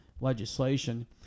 legislation